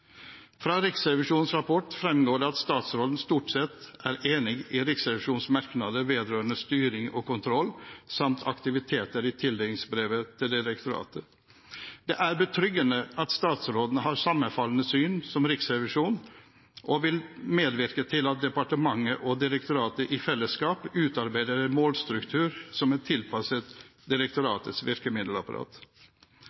Riksrevisjonens rapport framgår det at statsråden stort sett er enig i Riksrevisjonens merknader vedrørende styring og kontroll samt aktiviteter i tildelingsbrevet til direktoratet. Det er betryggende at statsrådens syn sammenfaller med Riksrevisjonens, og at han vil medvirke til at departementet og direktoratet i fellesskap utarbeider en målstruktur som er tilpasset